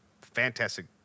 fantastic